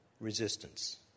resistance